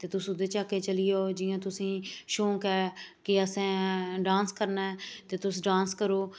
ते तुस ओह्दे च चली जाओ जियां तुसें ई शौक ऐ की असें डांस करना ऐ ते तुस डांस करो